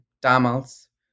damals